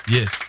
Yes